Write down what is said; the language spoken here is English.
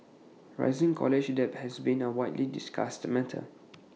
rising college debt has been A widely discussed matter